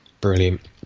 Brilliant